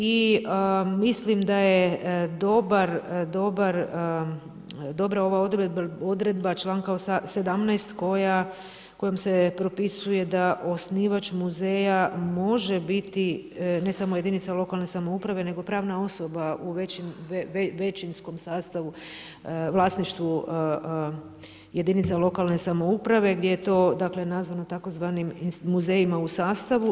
I mislim da je dobar, dobra ova odredba članka 17. kojom se propisuje da osnivač muzeja može biti ne samo jedinica lokalne samouprave nego pravna osoba u većinskom vlasništvu jedinica lokalne samouprave gdje je to nazvano tzv. muzejima u sastavu.